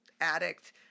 addict